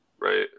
Right